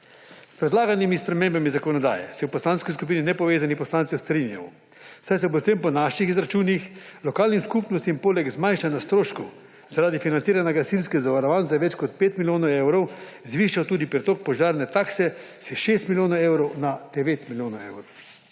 S predlaganimi spremembami zakonodaje se v Poslanski skupini nepovezanih poslancev strinjamo, da se bo s tem po naših izračunih lokalnim skupnostim poleg zmanjšana stroškov zaradi financiranja gasilskih zavarovanj za več kot 5 milijonov evrov zvišal tudi pritok požarne takse s 6 milijonov evrov na 9 milijonov evrov.